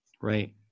Right